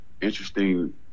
interesting